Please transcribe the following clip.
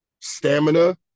stamina